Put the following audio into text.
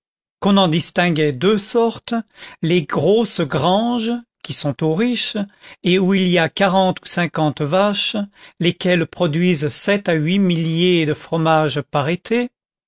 qu'on en distinguait deux sortes les grosses granges qui sont aux riches et où il y a quarante ou cinquante vaches lesquelles produisent sept à huit milliers de fromages par été